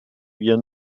wir